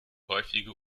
häufige